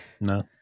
No